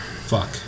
Fuck